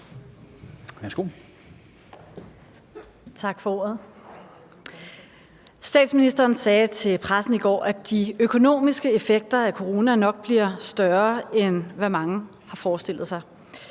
Statsministeren sagde til pressen i går, at de økonomiske effekter af corona nok bliver større, end hvad mange har forestillet sig.